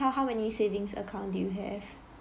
how how many savings account do you have